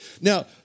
Now